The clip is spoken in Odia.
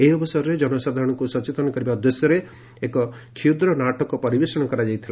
ଏହି ଅବସରରେ କନସାଧାରଶଙ୍କୁ ସଚେତନ କରିବା ଉଦ୍ଦେଶ୍ୟରେ ଏକ କ୍ଷୁଦ୍ର ନାଟକ ପରିବେଶଣ କରାଯାଇଥିଲା